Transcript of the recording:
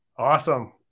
Awesome